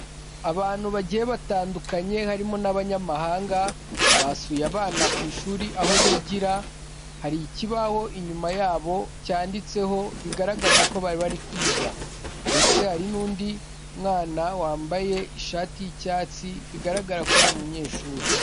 Abantu bagiye batandukanye harimo n'abanyamahanga basuye abana ku ishuri, aho bigira hari ikibaho inyuma yabo cyanditseho bigaragaza ko bari bari kwiga ndetse hari n'undi mwana wambaye ishati y'icyatsi bigaragara ko ari umunyeshuri.